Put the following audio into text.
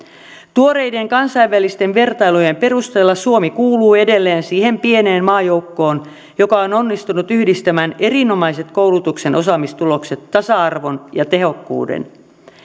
tuoreiden kansainvälisten vertailujen perusteella suomi kuuluu edelleen siihen pieneen maajoukkoon joka on onnistunut yhdistämään erinomaiset koulutuksen osaamistulokset tasa arvon ja tehokkuuden